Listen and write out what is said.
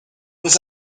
was